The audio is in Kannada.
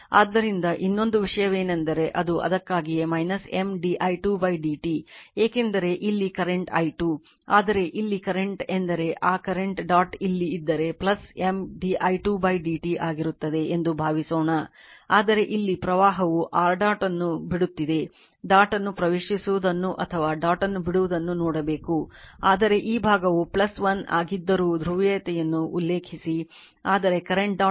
ಆದ್ದರಿಂದ ಇನ್ನೊಂದು ವಿಷಯವೆಂದರೆ ಅದು ಅದಕ್ಕಾಗಿಯೇ M di2 dt ಏಕೆಂದರೆ ಇಲ್ಲಿ ಕರೆಂಟ್ i 2 ಆದರೆ ಇಲ್ಲಿ ಕರೆಂಟ್ ಎಂದರೆ ಆ ಕರೆಂಟ್ ಡಾಟ್ ಇಲ್ಲಿ ಇದ್ದರೆ M di2 dt ಆಗಿರುತ್ತದೆ ಎಂದು ಭಾವಿಸೋಣ ಆದರೆ ಇಲ್ಲಿ ಪ್ರವಾಹವು r ಡಾಟ್ ಅನ್ನು ಬಿಡುತ್ತಿದೆ ಡಾಟ್ ಅನ್ನು ಪ್ರವೇಶಿಸುವುದನ್ನು ಅಥವಾ ಡಾಟ್ ಅನ್ನು ಬಿಡುವುದನ್ನು ನೋಡಬೇಕು ಆದರೆ ಈ ಭಾಗವು 1 ಆಗಿದ್ದರೂ ಧ್ರುವೀಯತೆಯನ್ನು ಉಲ್ಲೇಖಿಸಿ ಆದರೆ ಕರೆಂಟ್ ಡಾಟ್ ಅನ್ನು ಬಿಡುತ್ತಿದೆ